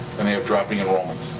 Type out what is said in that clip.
and they have dropping um